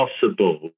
possible